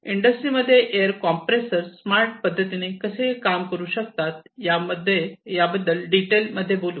इंडस्ट्रीमध्ये air compressor smart पद्धतीने कसे काम करू शकतात या बद्दल डिटेल मध्ये हे बोलू